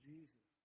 Jesus